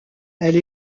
elle